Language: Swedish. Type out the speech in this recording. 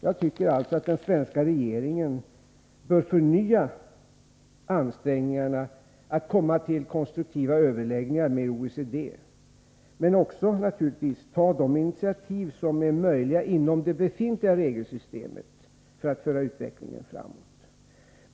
Jag tycker därför att den svenska regeringen bör förnya ansträngningarna att få till stånd konstruktiva överläggningar med OECD men naturligtvis också att ta de initiativ som är möjliga för att föra utvecklingen framåt inom ramen för det befintliga regelsystemet.